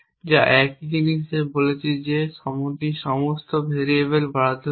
যা একই জিনিস যা বলছে যে যদি আপনি সমস্ত ভেরিয়েবল বরাদ্দ করেন